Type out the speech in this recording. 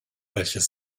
welches